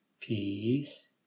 Peace